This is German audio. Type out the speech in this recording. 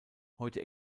heute